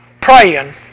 praying